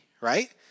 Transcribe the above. right